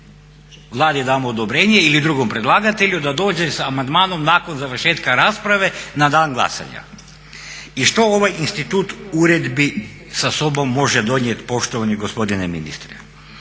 Vladi damo odobrenje ili drugom predlagatelju da dođe sa amandmanom nakon završetka rasprave na dan glasanja. I što ovaj institut uredbi sa sobom može donijeti poštovani gospodine ministre?